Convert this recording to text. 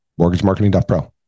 Mortgagemarketing.pro